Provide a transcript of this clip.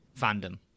fandom